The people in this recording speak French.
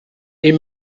est